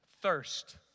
thirst